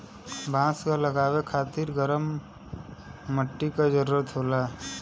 बांस क लगावे खातिर गरम मट्टी क जरूरत होला